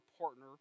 partner